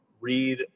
read